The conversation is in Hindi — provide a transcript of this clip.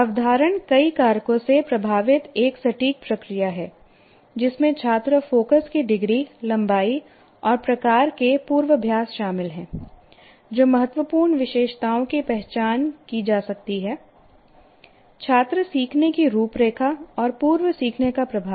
अवधारण कई कारकों से प्रभावित एक सटीक प्रक्रिया है जिसमें छात्र फोकस की डिग्री लंबाई और प्रकार के पूर्वाभ्यास शामिल हैं जो महत्वपूर्ण विशेषताओं की पहचान की जा सकती है छात्र सीखने की रूपरेखा और पूर्व सीखने का प्रभाव